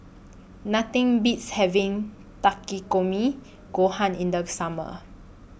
Nothing Beats having Takikomi Gohan in The Summer